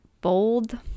bold